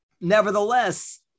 nevertheless